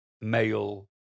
male